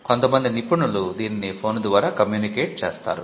కొంతమంది నిపుణులు దీనిని ఫోన్ ద్వారా కమ్యూనికేట్ చేస్తారు